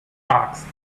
asked